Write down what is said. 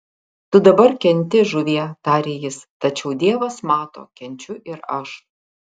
tu dabar kenti žuvie tarė jis tačiau dievas mato kenčiu ir aš